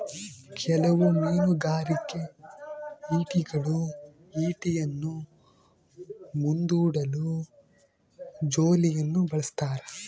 ಕೆಲವು ಮೀನುಗಾರಿಕೆ ಈಟಿಗಳು ಈಟಿಯನ್ನು ಮುಂದೂಡಲು ಜೋಲಿಯನ್ನು ಬಳಸ್ತಾರ